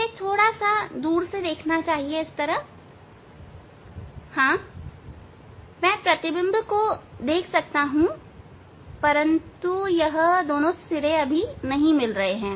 मुझे थोड़ा सा दूर देखना चाहिए हां मैं प्रतिबिंब को देख सकता हूं परंतु यह मिल नहीं रहा है